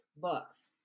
books